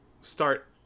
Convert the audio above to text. start